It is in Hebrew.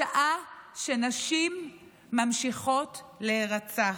בשעה שנשים ממשיכות להירצח?